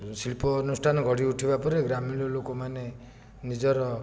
ଶିଳ୍ପ ଅନୁଷ୍ଠାନ ଗଢ଼ିଉଠିବା ପରେ ଗ୍ରାମୀଣ ଲୋକମାନେ ନିଜର